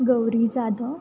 Gauri Jadhav